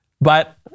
But-